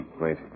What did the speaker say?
Wait